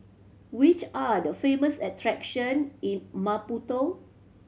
which are the famous attraction in Maputo